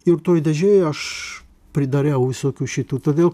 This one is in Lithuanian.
ir toj dėžėj aš pridariau visokių šitų todėl